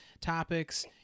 topics